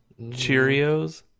Cheerios